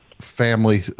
family